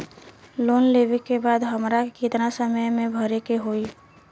Loan लेवे के बाद हमरा के कितना समय मे भरे के होई?